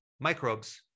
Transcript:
microbes